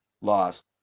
loss